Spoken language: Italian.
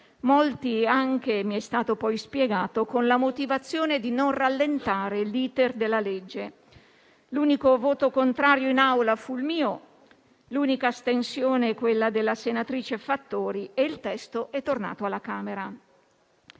molti anche - mi è stato poi spiegato - con la motivazione di non rallentare l'*iter* della legge. L'unico voto contrario in Aula fu il mio, l'unica astensione quella della senatrice Fattori e il testo è tornato alla Camera.